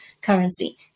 currency